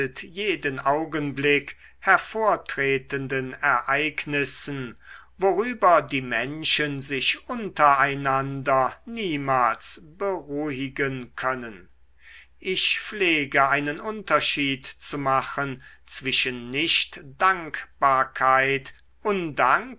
jeden augenblick hervortretenden ereignissen worüber die menschen sich unter einander niemals beruhigen können ich pflege einen unterschied zu machen zwischen nichtdankbarkeit undank